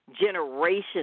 generations